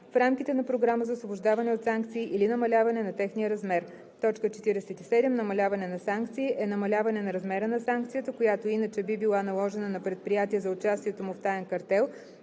в рамките на програма за освобождаване от санкции или намаляване на техния размер. 47. „Намаляване на санкции“ е намаляване на размера на санкцията, която иначе би била наложена на предприятие за участието му в таен картел,